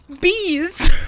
Bees